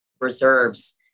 reserves